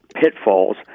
pitfalls